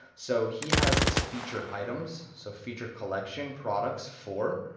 so he has his featured items, so featured collection, products, four.